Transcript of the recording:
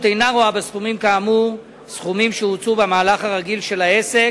הרשות אינה רואה בסכומים כאמור סכומים שהוצאו במהלך הרגיל של העסק,